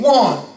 one